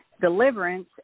deliverance